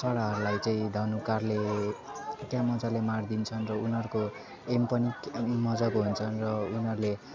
चराहरूलाई चाहिँ धनुकाँडले क्या मज्जाले मारिदिन्छन् र उनीहरूको एम पनि मज्जाको हुन्छन् र उनीहरूले